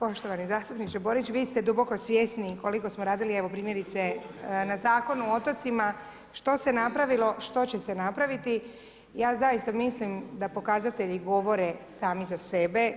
Poštovani zastupniče Borić vi ste duboko svjesni koliko smo radili primjerice na Zakonu o otocima, što se napravilo, što će se napraviti, ja zaista mislim da pokazatelji govore sami za sebe.